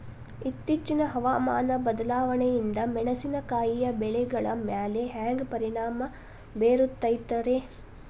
ಇತ್ತೇಚಿನ ಹವಾಮಾನ ಬದಲಾವಣೆಯಿಂದ ಮೆಣಸಿನಕಾಯಿಯ ಬೆಳೆಗಳ ಮ್ಯಾಲೆ ಹ್ಯಾಂಗ ಪರಿಣಾಮ ಬೇರುತ್ತೈತರೇ?